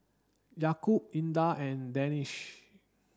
Yaakob Indah and Danish